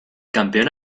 campeón